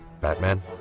Batman